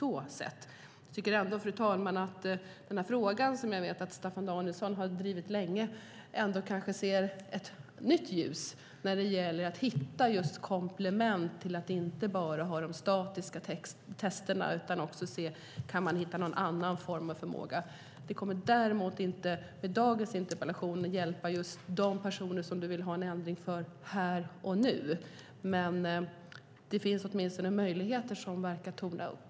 Jag tycker ändå, fru talman, att i den här frågan, som jag vet att Staffan Danielsson har drivit länge, kanske vi kan se ett nytt ljus när det gäller att hitta komplement och inte bara ha de statiska testerna utan hitta någon form. Dagens interpellation kommer däremot inte att hjälpa de personer som Staffan Danielsson vill ha en ändring för här och nu, men det finns åtminstone möjligheter som verkar torna upp.